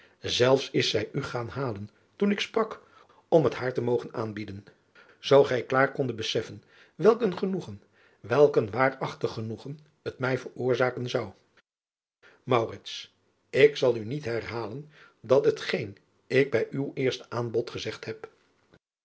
elfs is zij u gaan halen toen ik sprak om het haar te mogen aanbieden oo gij klaar kondet besessen welk een genoegen welk een waarachtig genoegen het mij veroorzaaken zou k zal nu niet herhalen het geen ik bij uw eerst aanbod gezegd heb